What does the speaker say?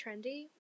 trendy